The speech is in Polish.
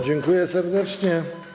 Dziękuję serdecznie.